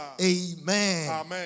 Amen